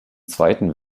zweiten